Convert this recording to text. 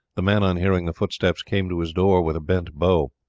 the man on hearing the footsteps came to his door with a bent bow.